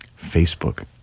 Facebook